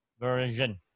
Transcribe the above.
version